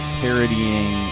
parodying